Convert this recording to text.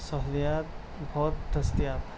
سہولیات بہت دستیاب ہیں